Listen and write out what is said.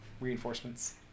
Reinforcements